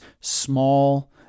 small